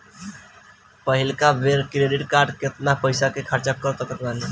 पहिलका बेर credit card से केतना पईसा खर्चा कर सकत बानी?